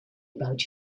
about